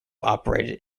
operated